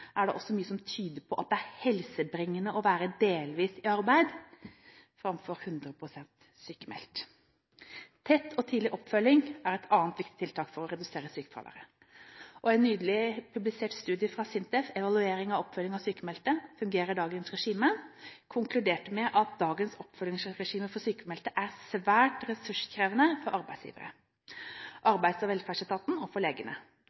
er det også mye som tyder på at det er helsebringende å være delvis i arbeid framfor 100 pst. sykmeldt. Tett og tidlig oppfølging er et annet viktig tiltak for å redusere sykefraværet. En nylig publisert studie fra SINTEF Oppfølging av sykmeldte – fungerer dagens regime? konkluderer med at dagens oppfølgingsregime for sykmeldte er svært ressurskrevende for arbeidsgiverne, for Arbeids- og